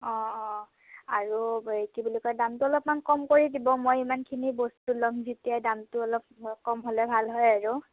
অঁ অঁ আৰু এই কি বুলি কয় দামটো অলপমান কম কৰি দিব মই ইমানখিনি বস্তু ল'ম যেতিয়া দামটো অলপ কম হ'লে ভাল হয় আৰু